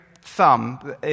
thumb